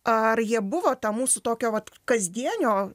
ar jie buvo ta mūsų tokio vat kasdienio